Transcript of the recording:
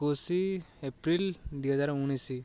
ଏକୋଇଶ ଏପ୍ରିଲ ଦୁଇହଜାର ଉଣେଇଶ